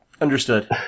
Understood